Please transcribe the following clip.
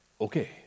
okay